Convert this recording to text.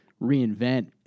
reinvent